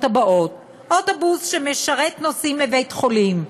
הבאות: אוטובוס שמשרת נוסעים לבית-חולים,